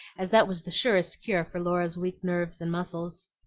as that was the surest cure for laura's weak nerves and muscles.